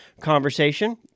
conversation